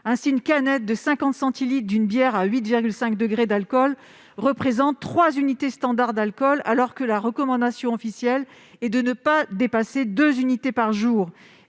Ainsi, une canette de 50 centilitres d'une bière à 8,5 degrés d'alcool représente trois unités standards d'alcool, alors que la recommandation officielle est de ne pas dépasser deux unités par jour-